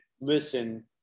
listen